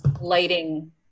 lighting